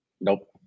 nope